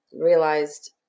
realized